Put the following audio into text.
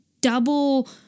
double